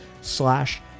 slash